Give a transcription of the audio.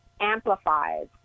amplifies